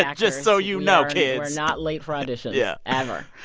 yeah just so you know, kids we're not late for auditions. yeah. ever.